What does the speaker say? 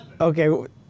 Okay